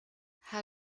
how